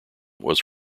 was